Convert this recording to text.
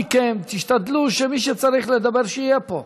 אנא מכן, תשתדלו שמי שצריך לדבר, שיהיה פה.